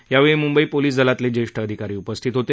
यावेळी मुंबई पोलिस दलातले ज्येष्ठ अधिकारी उपस्थित होते